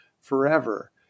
forever